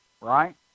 right